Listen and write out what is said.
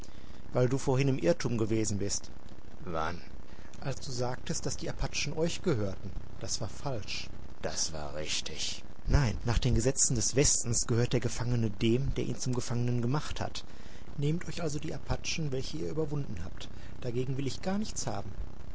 weil du vorhin im irrtum gewesen bist wann als du sagtest daß die apachen euch gehörten das war falsch das war richtig nein nach den gesetzen des westens gehört der gefangene dem der ihn zum gefangenen gemacht hat nehmt euch also die apachen welche ihr überwunden habt dagegen will ich gar nichts haben